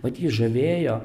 vat jį žavėjo